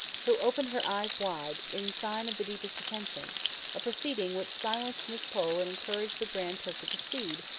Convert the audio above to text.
who opened her eyes wide, in sign of the deepest attention a proceeding which silenced miss pole and encouraged the grand turk to proceed,